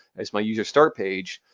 it's my user start page.